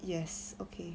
yes okay